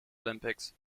olympics